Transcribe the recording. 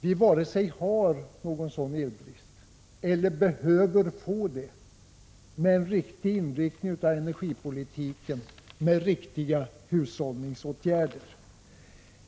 Vi varken har någon elbrist eller behöver få det, med en riktig inriktning av energipolitiken, med riktiga hushållningsåtgärder.